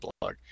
blog